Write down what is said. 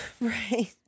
right